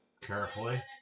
Carefully